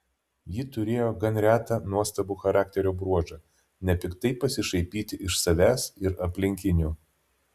ji turėjo gan retą nuostabų charakterio bruožą nepiktai pasišaipyti iš savęs ir aplinkinių